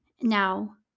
Now